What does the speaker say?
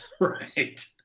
right